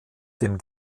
dem